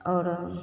आओर